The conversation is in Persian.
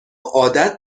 عادت